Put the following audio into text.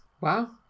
wow